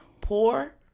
poor